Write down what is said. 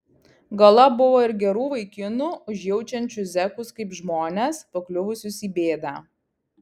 galop buvo ir gerų vaikinų užjaučiančių zekus kaip žmones pakliuvusius į bėdą